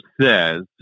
says